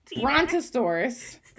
Brontosaurus